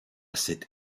cette